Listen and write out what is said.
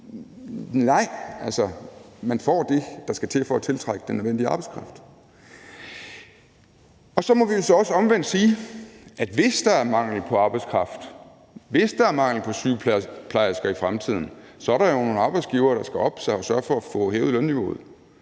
Nej, man får det, der skal til for at tiltrække den nødvendige arbejdskraft. Så må vi jo så også omvendt sige, at hvis der er mangel på arbejdskraft, hvis der er mangel på sygeplejersker i fremtiden, så er der jo nogle arbejdsgivere, der skal oppe sig og sørge for at få hævet lønniveauet.